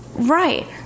Right